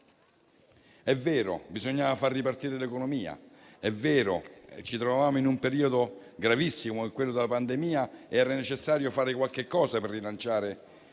È vero che bisognava far ripartire l'economia ed è vero che ci trovavamo in un periodo gravissimo, quello della pandemia, ed era necessario fare qualcosa per rilanciare